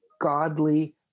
godly